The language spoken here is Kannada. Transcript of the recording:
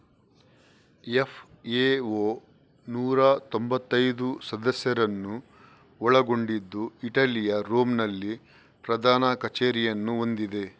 ಎಫ್.ಎ.ಓ ನೂರಾ ತೊಂಭತ್ತೈದು ಸದಸ್ಯರನ್ನು ಒಳಗೊಂಡಿದ್ದು ಇಟಲಿಯ ರೋಮ್ ನಲ್ಲಿ ಪ್ರಧಾನ ಕಚೇರಿಯನ್ನು ಹೊಂದಿದೆ